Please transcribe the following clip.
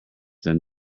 than